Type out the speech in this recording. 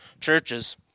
churches